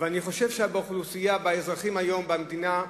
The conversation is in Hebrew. אבל אני חושב שבאוכלוסייה, האזרחים היום, במדינה,